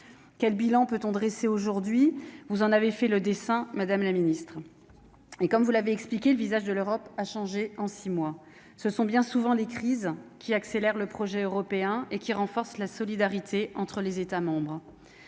quel bilan peut-on dresser aujourd'hui vous en avez fait le dessin madame la Ministre, et comme vous l'avez expliqué le visage de l'Europe a changé en six mois ce sont bien souvent les crises qui accélère le projet européen et qui renforce la solidarité entre les États membres,